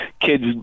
kids